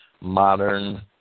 modern